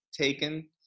taken